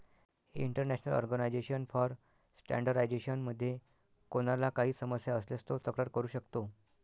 international organization for standardization मध्ये कोणाला काही समस्या असल्यास तो तक्रार करू शकतो